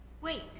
Wait